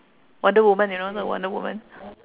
wonder woman you know the wonder woman